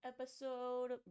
episode